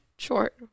short